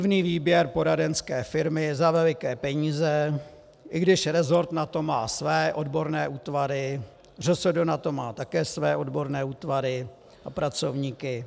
Divný výběr poradenské firmy za veliké peníze, i když resort na to má své odborné útvary, ŘSD na to má také své odborné útvary a pracovníky.